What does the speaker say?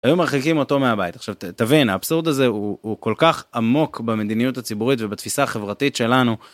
היו מרחיקים אותו מהבית, עכשיו תבין האבסורד הזה הוא כל כך עמוק במדיניות הציבורית ובתפיסה החברתית שלנו.